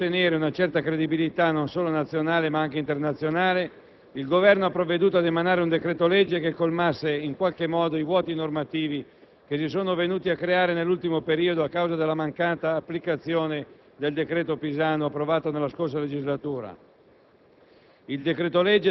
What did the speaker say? Al fine di riottenere una certa credibilità, non solo nazionale ma anche internazionale, il Governo ha provveduto ad emanare un decreto-legge che colmasse in qualche modo i vuoti normativi che si sono venuti a creare nell'ultimo periodo, a causa della mancata applicazione del decreto Pisanu approvato nella scorsa legislatura.